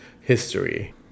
history